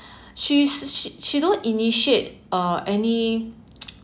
she she don't initiate uh any